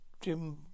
Jim